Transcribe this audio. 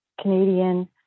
Canadian